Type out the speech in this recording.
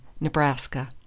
Nebraska